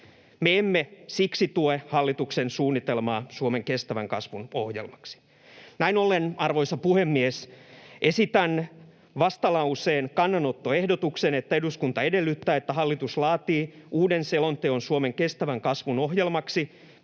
Me emme siksi tue hallituksen suunnitelmaa Suomen kestävän kasvun ohjelmaksi. Näin ollen, arvoisa puhemies, esitän vastalauseen kannanottoehdotuksen: ”Eduskunta edellyttää, että hallitus laatii uuden selonteon Suomen kestävän kasvun ohjelmaksi,